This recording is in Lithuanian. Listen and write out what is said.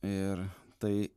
ir tai